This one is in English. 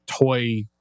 toy